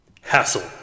hassle